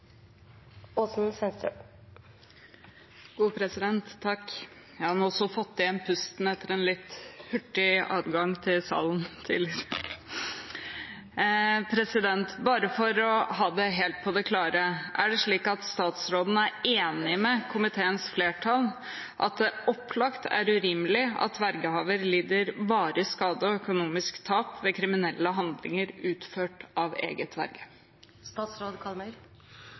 fått igjen pusten etter en litt hurtig adkomst til salen. Bare for å ha det helt klart: Er det slik at statsråden er enig med komiteens flertall i at det opplagt er urimelig at vergehaver lider varig skade og økonomisk tap ved kriminelle handlinger utført av